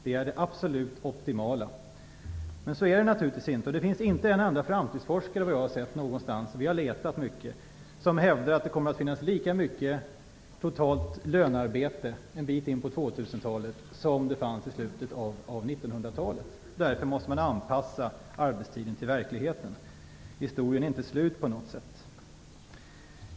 Det är det absolut optimala. Men så är det naturligtvis inte. Det finns såvitt jag har sett inte en enda framtidsforskare någonstans - vi har letat mycket - som hävdar att det totalt kommer att finnas lika mycket lönearbete en bit in på 2000-talet som det fanns i slutet av 1900-talet. Därför måste man anpassa arbetstiden till verkligheten. Historien är inte slut på något sätt.